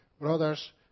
brothers